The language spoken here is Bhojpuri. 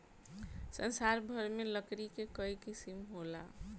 संसार भर में लकड़ी के कई किसिम होला